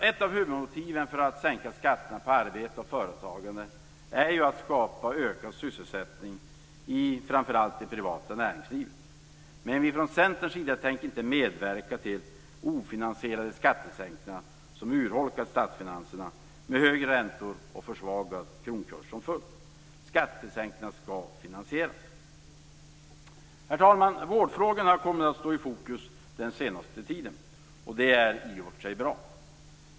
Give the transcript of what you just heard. Ett av huvudmotiven för att sänka skatterna på arbete och företagande är att skapa ökad sysselsättning i framför allt det privata näringslivet. Men vi tänker inte medverka till ofinansierade skattesänkningar som urholkar statsfinanserna med högre räntor och försvagad kronkurs som följd. Skattesänkningarna skall finansieras. Herr talman! Vårdfrågorna har kommit att stå i fokus den senaste tiden, och det är i och för sig bra.